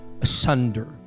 asunder